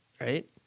right